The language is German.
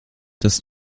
das